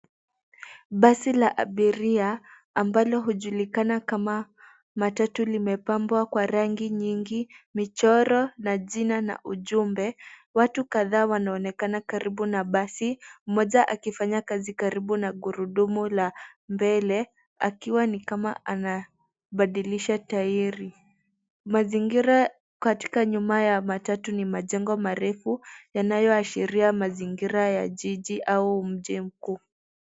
Basi la abiria ambalo hujulikana kama matatu limepambwa kwa rangi nyingi, michoro na jina na ujumbe. Watu kadhaa wanaonekana karibu moja akifanya kazi karibu na gurumu la mbele akiwa ni kama anabadilisha taeri . Mazingira katika nyuma ya matatu na majengo marefu yanayoashiria mazingira ya jiji au mji mkuu.